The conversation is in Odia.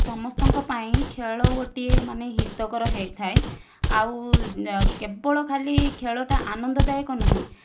ସମସ୍ତଙ୍କ ପାଇଁ ଖେଳ ଗୋଟିଏ ମାନେ ହିତକର ହୋଇଥାଏ ଆଉ କେବଳ ଖାଲି ଖେଳଟା ଆନନ୍ଦଦାୟକ ନୁହେଁ